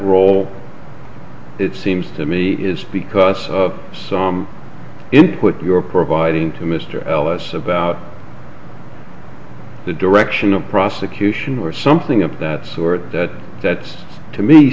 role it seems to me is because of some input you're providing to mr ellis about the direction of prosecution or something of that sort that that's to me